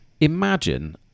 imagine